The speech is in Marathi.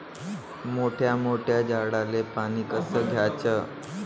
मोठ्या मोठ्या झाडांले पानी कस द्याचं?